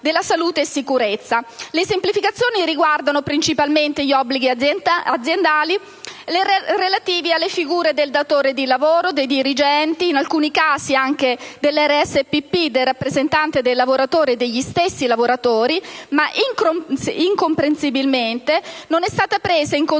Le semplificazioni riguardano principalmente gli obblighi aziendali relativi alle figure del datore di lavoro, dei dirigenti e in alcuni casi anche del RSPP, del rappresentante degli stessi lavoratori, ma incomprensibilmente non è stata presa in considerazione